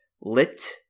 Lit